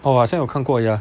哦我好像有看过 ya